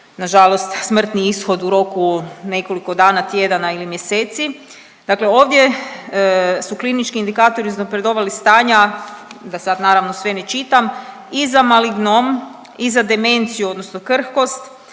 nažalost smrtni ishod u roku nekoliko dana, tjedana ili mjeseci, dakle ovdje su klinički indikatori uznapredovalih stanja, da sad naravno ne čitam i za malignom i za demenciju odnosno krhkost,